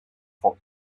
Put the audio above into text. for